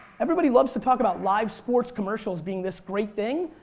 everybody loves to talk about live sports commercials being this great thing,